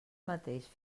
mateix